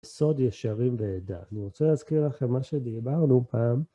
סוד ישרים ועדה. אני רוצה להזכיר לכם מה שדיברנו פעם.